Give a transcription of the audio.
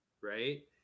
Right